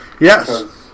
yes